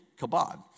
kabod